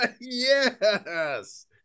yes